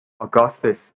Augustus